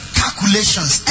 calculations